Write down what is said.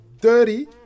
dirty